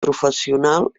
professional